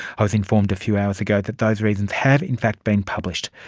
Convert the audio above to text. i was informed a few hours ago that those reasons have in fact been published.